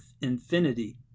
infinity